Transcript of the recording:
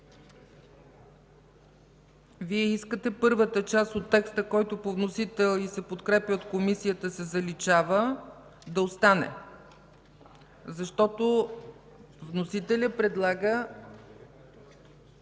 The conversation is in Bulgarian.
Вие искате първата част от текста, който е по вносител и се подкрепя от Комисията –„се заличава”, да остане. Защото вносителят предлага...